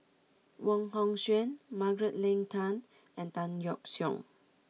Wong Hong Suen Margaret Leng Tan and Tan Yeok Seong